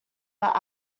but